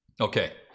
Okay